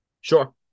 Sure